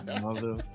mother